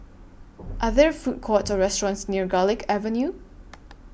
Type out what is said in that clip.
Are There Food Courts restaurants near Garlick Avenue